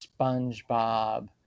Spongebob